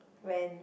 when